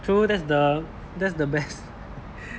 true that's the that's the best